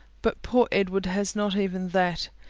but poor edward has not even that.